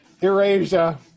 Eurasia